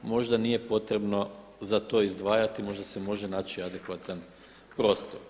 Možda nije potrebno za to izdvajati, možda se može naći adekvatan prostor.